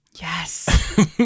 Yes